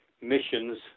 missions